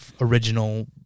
original